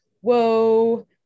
Whoa